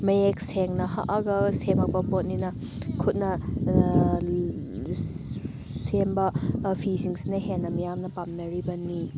ꯃꯌꯦꯛ ꯁꯦꯡꯅ ꯍꯛꯑꯒ ꯁꯦꯝꯃꯛꯄ ꯄꯣꯠꯅꯤꯅ ꯈꯨꯠꯅ ꯁꯦꯝꯕ ꯐꯤꯁꯤꯡꯁꯤꯅ ꯍꯦꯟꯅ ꯃꯤꯌꯥꯝꯅ ꯄꯥꯝꯅꯔꯤꯕꯅꯤ